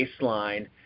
baseline